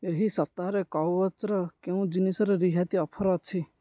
ଏହି ସପ୍ତାହରେ କୱଚର କେଉଁ ଜିନିଷରେ ରିହାତି ଅଫର୍ ଅଛି